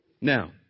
Now